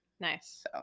Nice